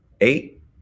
eight